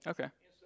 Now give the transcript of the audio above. Okay